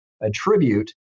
attribute